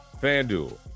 FanDuel